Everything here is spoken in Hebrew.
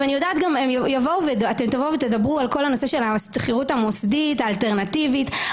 אתם תדברו על כל הנושא של השכירות המוסדית האלטרנטיבית.